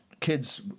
kids